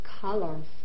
colors